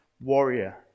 warrior